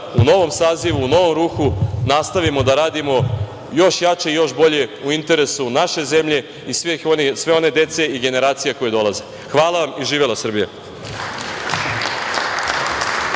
u novom sazivu, u novom ruhu nastavimo da radimo još jače, još bolje u interesu naše zemlje i sve one dece i generacija koje dolaze. Hvala vam i živela Srbija.